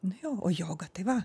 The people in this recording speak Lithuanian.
nu jo o joga tai va